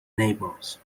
neighbors